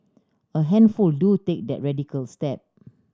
a handful do take that radical step